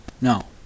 no